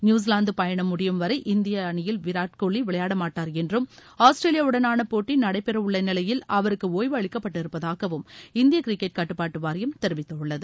New Zealand பயணம் முடியும்வரை இந்திப அணியில் விராட் கோலி விளையாடமாட்டார் என்றும் ஆஸ்திரேலியா உடனான போட்டி நடைபெறவுள்ள நிஷையில் அவருக்கு ஒய்வு அளிக்கப்பட்டிருப்பதாகவும் இந்திய கிரிக்கெட் கட்டுப்பாட்டு வாரியம் தெரிவித்துள்ளது